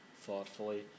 thoughtfully